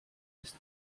ist